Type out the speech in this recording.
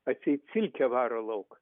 atseit silkę varo lauk